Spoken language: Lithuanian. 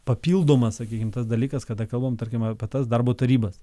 papildoma sakykim tas dalykas kada kalbam tarkim apie tas darbo tarybas